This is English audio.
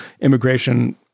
immigration